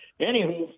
Anywho